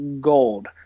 gold